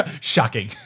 Shocking